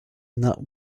not